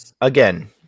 again